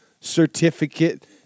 certificate